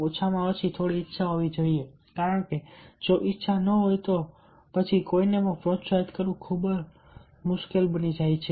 ઓછામાં ઓછી થોડી ઈચ્છા હોવી જોઈએ કારણ કે જો ઈચ્છા ન હોય તો પછી કોઈને પણ પ્રોત્સાહિત કરવું ખરેખર ખૂબ મુશ્કેલ બની જાય છે